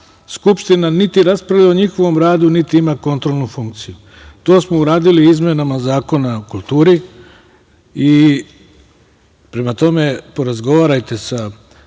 Skupština niti raspravlja o njihovom radu, niti ima kontrolnu funkciju. To smo uradili izmenama Zakona o kulturi. Prema tome, porazgovarajte sa